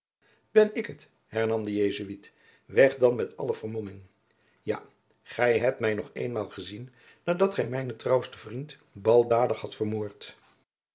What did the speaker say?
ben ik het hernam de jesuit weg dan met alle vermomming ja gij hebt mij nog eenmaal gezien nadat gij mijnen trouwsten vriend baldadig hadt vermoord